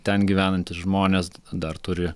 ten gyvenantys žmonės dar turi